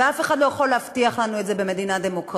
ואף אחד לא יכול להבטיח לנו את זה במדינה דמוקרטית,